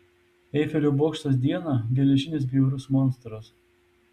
eifelio bokštas dieną geležinis bjaurus monstras